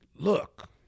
look